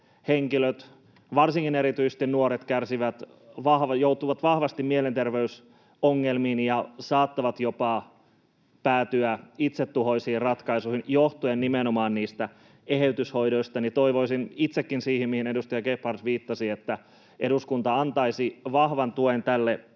varsinkin erityisesti nuoret, joutuvat vahvasti mielenterveysongelmiin ja saattavat jopa päätyä itsetuhoisiin ratkaisuihin johtuen nimenomaan niistä eheytyshoidoista. Toivoisin itsekin, mihin edustaja Gebhard viittasi, että eduskunta antaisi vahvan tuen tälle